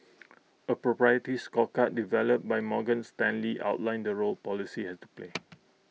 A proprietary scorecard developed by Morgan Stanley outlines the role policy has to play